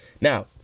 now